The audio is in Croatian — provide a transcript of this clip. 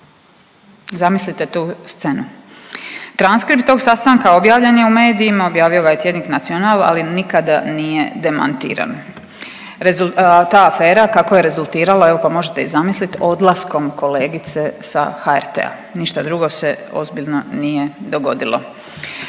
Zamislite tu scenu? Transkript tog sastanka objavljen je u medijima, objavio je tjednik Nacional ali nikada nije demantiran. Ta afera kako je rezultirala, evo pa možete i zamisliti odlaskom kolegice sa HRT-a. Ništa drugo se ozbiljno nije dogodilo.